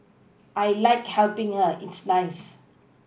I like helPing her it's nice